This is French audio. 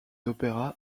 opéra